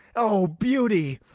o beauty!